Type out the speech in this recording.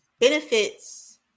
benefits